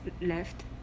left